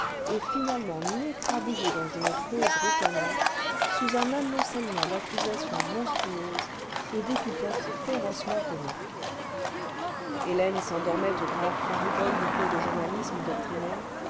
et finalement l'écrabouiller dans une prose ricanante sous un amoncellement d'accusations monstrueuses et d'épithètes férocement comiques hélène s'endormait aux graves fariboles du cours cle journalisme doctrinaire